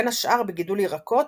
בין השאר בגידול ירקות,